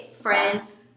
Friends